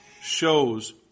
shows